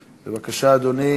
בבקשה, אדוני.